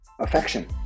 Affection